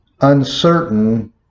uncertain